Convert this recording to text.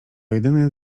jedyny